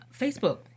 Facebook